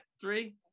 three